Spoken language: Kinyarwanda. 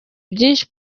byinshi